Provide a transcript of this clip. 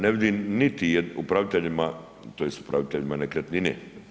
Ne vidim niti upraviteljima, tj. upraviteljima nekretnine.